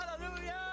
Hallelujah